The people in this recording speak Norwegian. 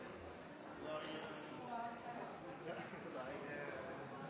da er jeg